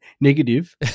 negative